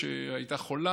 שהייתה חולה,